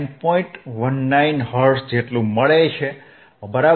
19 hertz મળે છે બરાબર